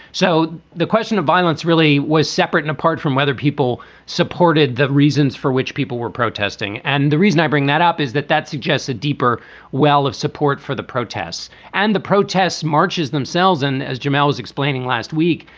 so the question of violence really was separate and apart from whether people supported the reasons for which people were protesting. and the reason i bring that up is that that suggests a deeper well of support for the protests and the protests marches themselves in. as jamal was explaining last week,